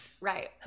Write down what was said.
right